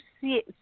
see